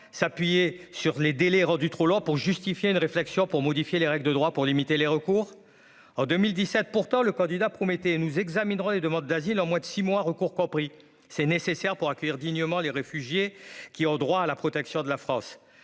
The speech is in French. s'appuyer sur les délais rendu trop lent pour justifier une réflexion pour modifier les règles de droit pour limiter les recours en 2017, pourtant le candidat promettait nous examinerons les demandes d'asile en mois de 6 mois recours compris c'est nécessaire pour accueillir dignement les réfugiés qui ont droit à la protection de la France,